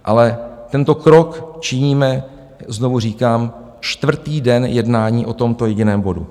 Ale tento krok činíme, znovu říkám, čtvrtý den jednání o tomto jediném bodu.